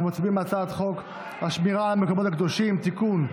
אנחנו מצביעים על הצעת חוק השמירה על המקומות הקדושים (תיקון,